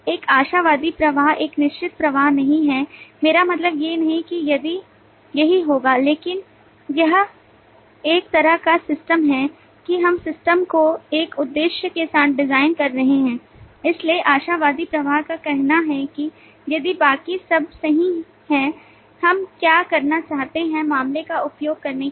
एक आशावादी प्रवाह एक निश्चित प्रवाह नहीं है मेरा मतलब यह नहीं है कियही होगा लेकिन यह एक तरह का है कि हम सिस्टम को एक उद्देश्य के साथ डिजाइन कर रहे हैं इसलिए आशावादी प्रवाह का कहना है कि यदि बाकी सब सही है हम क्या करना चाहते हैं मामले का उपयोग करने के लिए